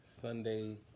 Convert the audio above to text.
Sunday